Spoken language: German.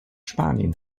spanien